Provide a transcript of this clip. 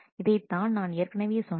இதைத்தான் நான் ஏற்கனவே சொன்னேன்